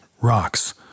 Rocks